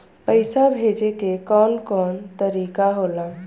पइसा भेजे के कौन कोन तरीका होला?